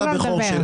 הילד שלי,